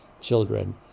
children